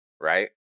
right